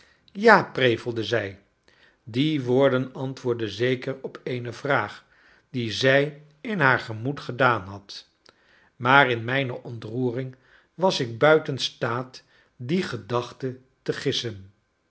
ja prevelde zij die woorden antwoordden zeker op eene vraag die zij in haar gemoed gedaan had maar in mijne ontroering was ik buiten staat die gedachte te gissen